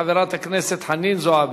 חברת הכנסת חנין זועבי.